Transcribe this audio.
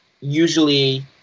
usually